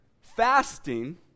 fasting